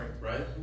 Right